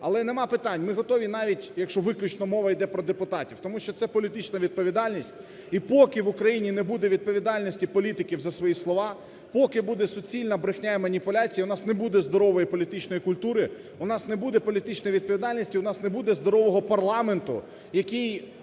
Але нема питань, ми готові навіть, якщо виключно мова йде про депутатів, тому що це політична відповідальність. І поки в Україні не буде відповідальності політиків за свої слова, поки буде суцільна брехня і маніпуляція, у нас не буде здорової політичної культури, у нас не буде політичної відповідальності, у нас не буде здорового парламенту, який